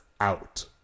out